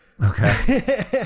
Okay